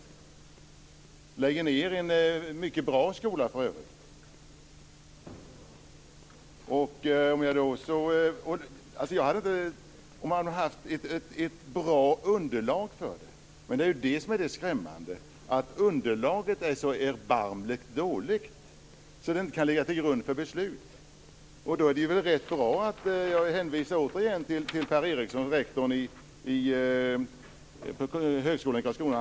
Man lägger ned en mycket bra skola för övrigt. Om man hade haft ett bra underlag för detta, men det är det som är det skrämmande, att underlaget är så erbarmligt dåligt att det inte kan ligga som grund för ett beslut. Då är det väl bra att jag återigen hänvisar till Per Eriksson, rektor för högskolan i Karlskrona.